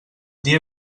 dia